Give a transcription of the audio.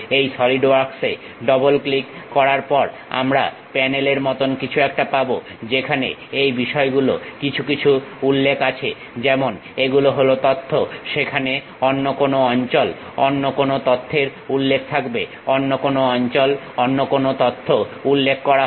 এই সলিড ওয়ার্কসে double click করার পর আমরা প্যানেল এর মতো কিছু একটা পাবো যেখানে এই বিষয়গুলোর কিছু কিছু উল্লেখ করা আছে যেমন এগুলো হলো তথ্য সেখানে অন্য কোনো অঞ্চল অন্য কোনো তথ্যের উল্লেখ থাকবে অন্য কোনো অঞ্চল অন্য কোনো তথ্য উল্লেখ করা হবে